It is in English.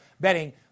betting